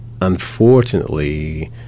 Unfortunately